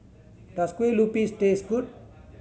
does Kueh Lupis taste good